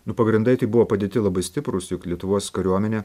nu pagrindai tai buvo padėti labai stiprūs juk lietuvos kariuomenė